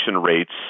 rates